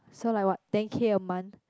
so like what ten K a month